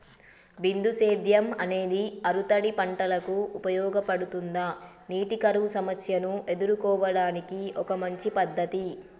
బిందు సేద్యం అనేది ఆరుతడి పంటలకు ఉపయోగపడుతుందా నీటి కరువు సమస్యను ఎదుర్కోవడానికి ఒక మంచి పద్ధతి?